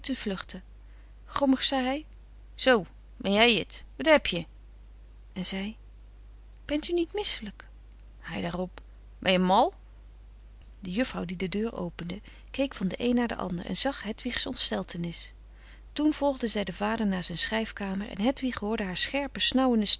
vluchten grommig zei hij zoo ben jij het wat heb je en zij bent u niet misselijk hij daarop ben je mal de juffrouw die de deur opende keek van de een naar den ander en zag hedwigs ontsteltenis toen volgde zij den vader naar zijn schrijfkamer en hedwig hoorde haar scherpe